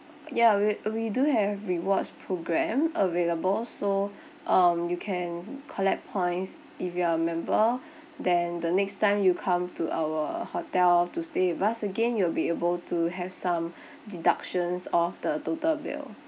ya we we do have rewards program available so um you can collect points if you are a member then the next time you come to our hotel to stay with us again you'll be able to have some deductions off the total bill